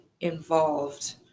involved